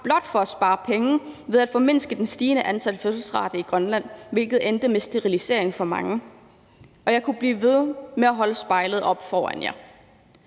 blot for at spare penge ved at formindske den stigende fødselsrate i Danmark, hvilket endte med sterilisering for mange. Og jeg kunne blive ved med at holde spejlet op foran jer: